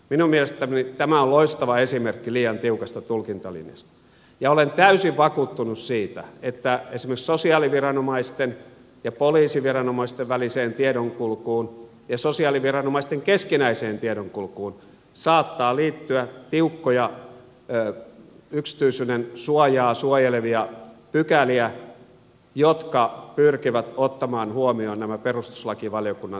minun mielestäni tämä on loistava esimerkki liian tiukasta tulkintalinjasta ja olen täysin vakuuttunut siitä että esimerkiksi sosiaaliviranomaisten ja poliisiviranomaisten väliseen tiedonkulkuun ja sosiaaliviranomaisten keskinäiseen tiedonkulkuun saattaa liittyä tiukkoja yksityisyydensuojaa suojelevia pykäliä jotka pyr kivät ottamaan huomioon nämä perustuslakivaliokunnan tiukat tulkintalinjaukset